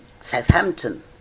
Southampton